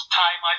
time